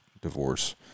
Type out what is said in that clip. divorce